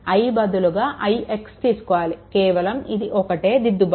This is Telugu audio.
i బదులుగా ix తీసుకోవాలి కేవలం ఇది ఒక్కటే దిద్దుబాటు